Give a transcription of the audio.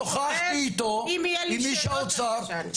אני שוחחתי איתו, עם איש האוצר.